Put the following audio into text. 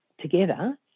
together